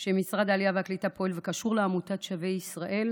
של משרד העלייה והקליטה שבהם הוא פועל וקשור לעמותת "שבי ישראל",